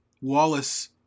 Wallace